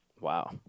Wow